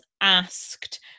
asked